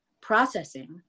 processing